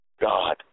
God